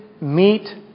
meet